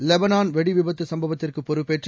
லெபளான் வெடிவிபத்து சும்பவத்திற்கு பொறுப்பேற்று